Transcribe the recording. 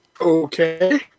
Okay